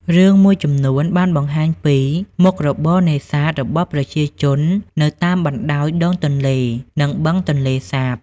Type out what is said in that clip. រឿងមួយចំនួនបានបង្ហាញពី មុខរបរនេសាទ របស់ប្រជាជននៅតាមបណ្តោយដងទន្លេ និងបឹងទន្លេសាប។